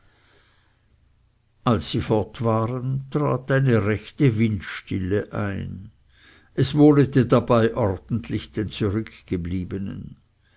als sie fort waren trat eine rechte windstille ein es wohlete dabei ordentlich den zurückgebliebenen